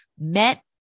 met